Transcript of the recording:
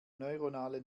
neuronale